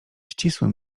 ścisłym